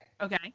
Okay